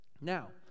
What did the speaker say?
Now